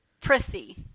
Prissy